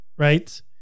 Right